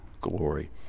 glory